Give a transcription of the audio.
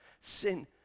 Sin